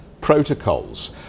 protocols